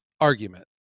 argument